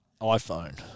iPhone